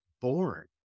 born